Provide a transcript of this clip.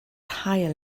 haul